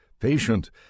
Patient